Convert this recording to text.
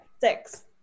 Six